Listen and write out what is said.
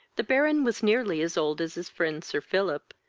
the baron was nearly as old as his friend sir philip.